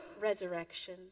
Resurrection